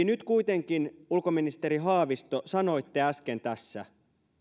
nyt kuitenkin ulkoministeri haavisto sanoitte äsken tässä